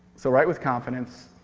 so write with confidence,